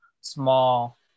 small